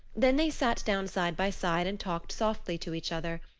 then they sat down side by side and talked softly to each other,